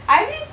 I mean